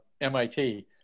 MIT